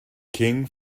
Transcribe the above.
king